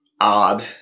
odd